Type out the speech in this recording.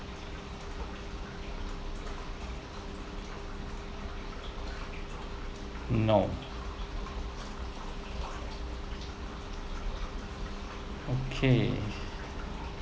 no okay